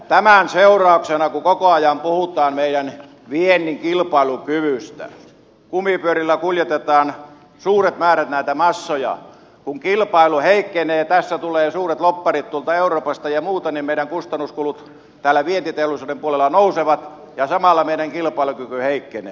tämän seurauksena kun koko ajan puhutaan meidän viennin kilpailukyvystä kumipyörillä kuljetetaan suuret määrät näitä massoja kun kilpailu heikkenee tässä tulevat suuret lobbarit tuolta euroopasta ja muuta niin meidän kustannuskulut täällä vientiteollisuuden puolella nousevat ja samalla meidän kilpailukyky heikkenee